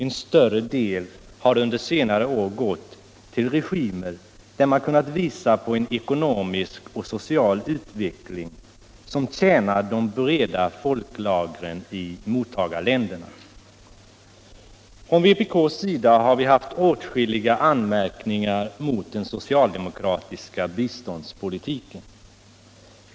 En större del har under senare år gått till regimer som kunnat visa på en ekonomisk och social utveckling som tjänar de breda folklagren i mottagarländerna. Från vpk:s sida har vi haft åtskilliga anmärkningar mot den socialdemokratiska biståndspolitiken.